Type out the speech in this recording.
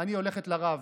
אני הולכת לרב.